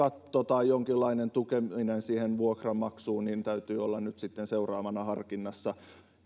tai jonkinlainen tukeminen siihen vuokranmaksuun täytyy olla nyt sitten seuraavana harkinnassa